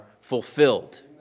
fulfilled